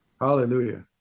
Hallelujah